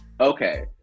Okay